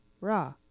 raw